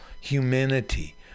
humanity